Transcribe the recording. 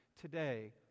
today